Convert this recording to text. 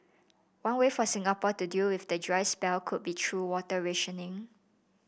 one way for Singapore to deal with the dry spell could be through water rationing